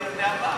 התשובה,